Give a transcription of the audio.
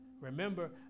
Remember